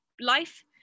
life